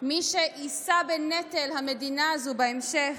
מי שיישא בנטל המדינה הזו בהמשך,